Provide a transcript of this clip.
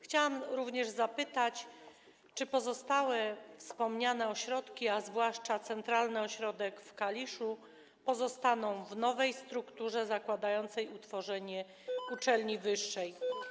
Chciałam również zapytać, czy pozostałe wspomniane ośrodki, a zwłaszcza centralny ośrodek w Kaliszu, pozostaną w nowej strukturze, zakładającej utworzenie uczelni wyższej.